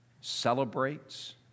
celebrates